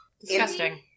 Disgusting